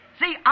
See